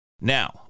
Now